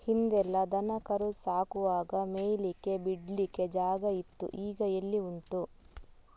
ಹಿಂದೆಲ್ಲ ದನ ಕರು ಸಾಕುವಾಗ ಮೇಯ್ಲಿಕ್ಕೆ ಬಿಡ್ಲಿಕ್ಕೆ ಜಾಗ ಇತ್ತು ಈಗ ಎಲ್ಲಿ ಉಂಟು